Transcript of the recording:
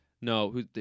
No